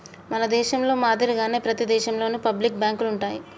మన దేశంలో మాదిరిగానే ప్రతి దేశంలోను పబ్లిక్ బాంకులు ఉంటాయి